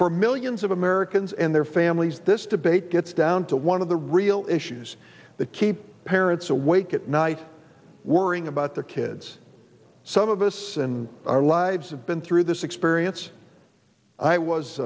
for millions of americans and their families this debate gets down to one of the real issues that keep parents awake at night worrying about their kids some of us in our lives have been through this experience i was